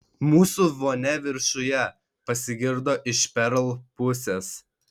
mūsų vonia viršuje pasigirdo iš perl pusės